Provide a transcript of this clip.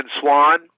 Swan